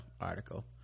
article